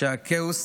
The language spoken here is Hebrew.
כשהכאוס